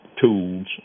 tools